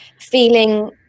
feeling